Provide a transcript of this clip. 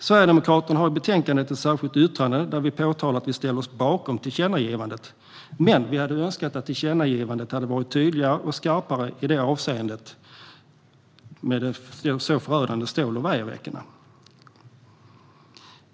Sverigedemokraterna har i betänkandet ett särskilt yttrande där vi framhåller att vi ställer oss bakom tillkännagivandet, men vi hade önskat att tillkännagivandet hade varit tydligare och skarpare i avseende på de så förödande stål och vajerräckena.